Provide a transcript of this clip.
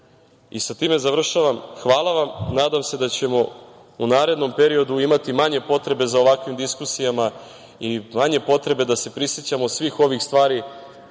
Sa time završavam. Hvala vam. Nadam se da ćemo u narednom periodu imati manje potrebe za ovakvim diskusijama i manje potrebe da se prisećamo svih ovih stvari